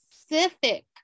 specific